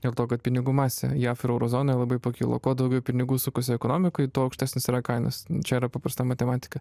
dėl to kad pinigų masė jav ir euro zonoj labai pakilo kuo daugiau pinigų sukasi ekonomikoj tuo aukštesnės yra kainos čia yra paprasta matematika